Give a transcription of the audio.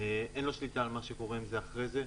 אין לו שליטה על מה שקורה עם זה אחרי זה.